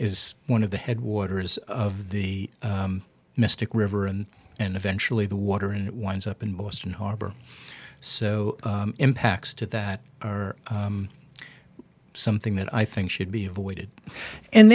is one of the headquarters of the mystic river and and eventually the water and it winds up in boston harbor so impacts to that something that i think should be avoided and